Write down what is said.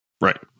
Right